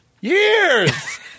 years